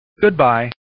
Goodbye